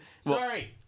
Sorry